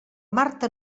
marta